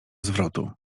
zwrotu